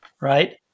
right